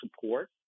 support